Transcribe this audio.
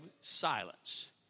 silence